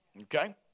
Okay